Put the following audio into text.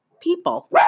people